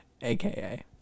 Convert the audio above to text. aka